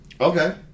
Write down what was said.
Okay